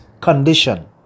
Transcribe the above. condition